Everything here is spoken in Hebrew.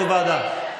הוועדה למעמד האישה.